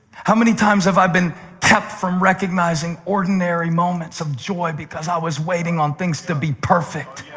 how many times have i been kept from recognizing ordinary moments of joy because i was waiting on things to be perfect?